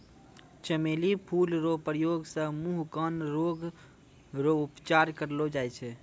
चमेली फूल रो प्रयोग से मुँह, कान रोग रो उपचार करलो जाय छै